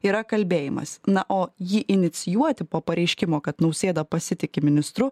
yra kalbėjimas na o jį inicijuoti po pareiškimo kad nausėda pasitiki ministru